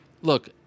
Look